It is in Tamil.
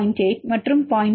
8 மற்றும் 0